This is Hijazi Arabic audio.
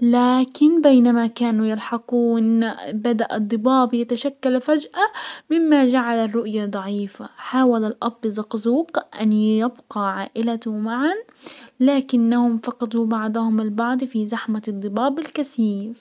لكن بينما كانوا يلحقون بدأ الضباب يتشكل فجأة مما جعل الرؤية ضعيفة. حاول الاب زقزوق ان يبقى عائلته معا، لكنهم فقدوا بعضهم البعض في زحمة الضباب الكثيف.